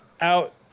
out